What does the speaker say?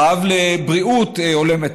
הרעב לבריאות הולמת.